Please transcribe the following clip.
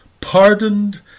pardoned